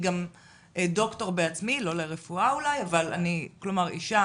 היא ד"ר, לא לרפואה אמנם, אישה